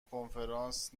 کنفرانس